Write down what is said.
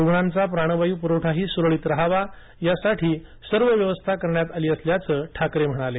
रुग्णांचा प्राणवायू पुरवठाही सुरळीत रहावा यासाठी सर्व व्यवस्था करण्यात आल्याचं ठाकरे म्हणाले